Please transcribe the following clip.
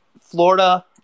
Florida